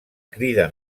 crida